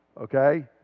okay